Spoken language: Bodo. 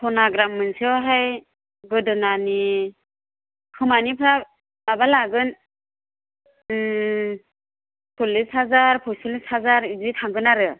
सना ग्राम मोनसेयावहाय गोदोनानि खोमानिफ्रा माबा लागोन चललिस हाजार प'इचलिस हाजार बिदि थांगोन आरो